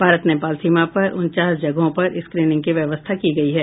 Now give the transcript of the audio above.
भारत नेपाल सीमा पर उनचास जगहों पर स्क्रीनिंग की व्यवस्था की गई है